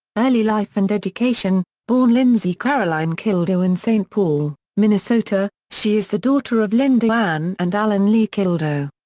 early life and education born lindsey caroline kildow in saint paul, minnesota, she is the daughter of linda anne and alan lee kildow.